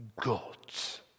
God's